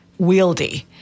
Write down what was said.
wieldy